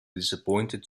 disappointed